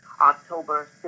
October